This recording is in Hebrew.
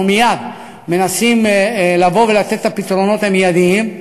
אנחנו מייד מנסים לבוא ולתת את הפתרונות המיידיים.